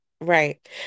Right